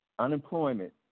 Unemployment